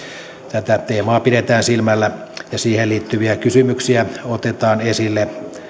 tätä teemaa pidetään silmällä ja siihen liittyviä kysymyksiä otetaan esille